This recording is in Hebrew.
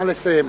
נא לסיים.